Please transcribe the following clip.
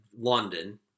London